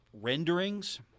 renderings